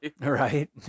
right